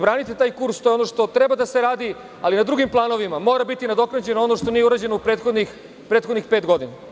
Branite ono što treba da se radi, ali na drugim planovima mora biti nadoknađeno ono što nije urađeno u prethodnih pet godina.